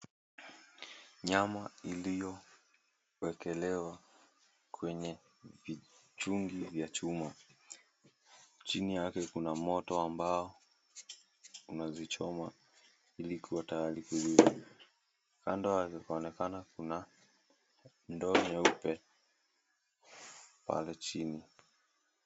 Nyama iliyowekelewa kwenye vichungi vya chuma, chini yake kuna moto ambao unazichoma ili kuwa tayari kuiva. Kando kunaonekana kuna ndoo nyeupe pale chini.